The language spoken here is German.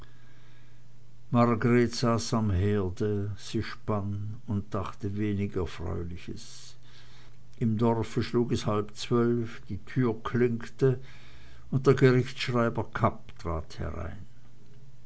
am herde sie spann und dachte wenig erfreuliches im dorfe schlug es halb zwölf die türe klinkte und der gerichtsschreiber kapp trat herein